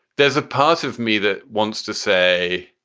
there's a part of me that wants to say,